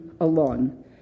Alone